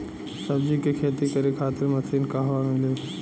सब्जी के खेती करे खातिर मशीन कहवा मिली?